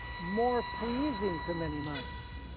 more pleasing to many minds.